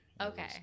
Okay